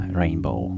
rainbow